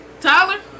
Tyler